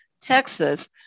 Texas